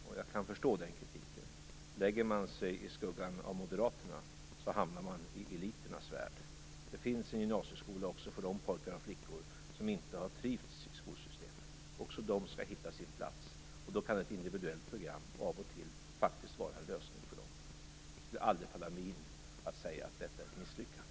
Jag kan förstå den kritiken. Lägger man sig i skuggan av Moderaterna, hamnar man i eliternas värld. Det finns en gymnasieskola även för de pojkar och flickor som inte har trivts i skolsystemet. Också de skall hitta sin plats. Då kan ett individuellt program av och till faktiskt vara en lösning för dem. Det skulle aldrig falla mig in att kalla detta för ett misslyckande.